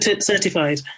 certified